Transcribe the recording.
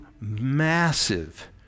massive